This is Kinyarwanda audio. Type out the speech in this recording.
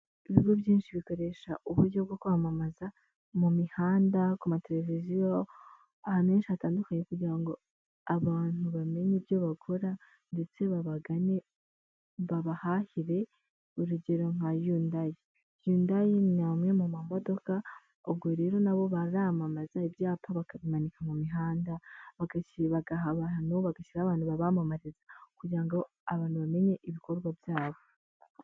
Ibigo byinshi bikoresha, uburyo bwo kwamamaza ,mu mihanda, ku mateleviziyo, ahantu henshi hatandukanye, kugira ngo abantu bamenye ibyo bakora, ndetse babagane babahahire urugero nka Hyundai, Hyundai namwe mu mamodoka, ubwo rero nabo baramamaza, ibyapa bakabimanika mu mihanda ,bagashyiraho abantu babamamariza kugira ngo abantu bamenye ibikorwa byabo.